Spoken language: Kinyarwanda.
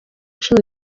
cumi